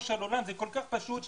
זה כל כך פשוט,